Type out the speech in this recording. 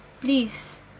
Please